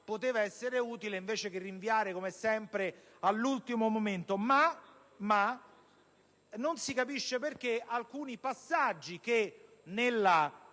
poteva essere utile invece che rinviare, come sempre, all'ultimo momento; non si capisce però perché alcuni passaggi della